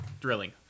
Drilling